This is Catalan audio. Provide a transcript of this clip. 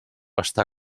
està